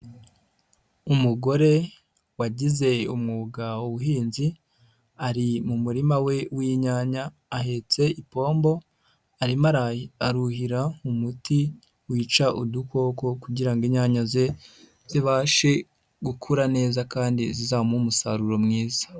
Umugore wagize umwuga w'ubuhinzi, ari mu murima we w'inyanya ahetse ipombo arimo aruhira mu muti wica udukoko kugira ngo inyanya ze zibashe gukura neza kandi zizamuhe umusaruro mwiza.